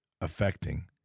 affecting